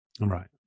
Right